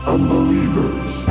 Unbelievers